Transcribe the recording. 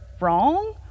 wrong